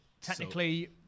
technically